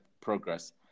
progress